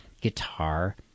guitar